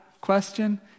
question